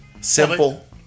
Simple